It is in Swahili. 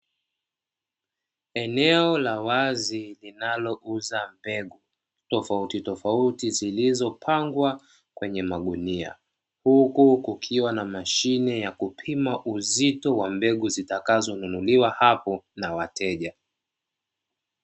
Eneo la wazi linalouza mbegu tofautitofauti, zilizopangwa kwenye magunia, huku kukiwa na mashine ya kupima uzito wa mbegu zitakazo nunuliwa hapo na wateja.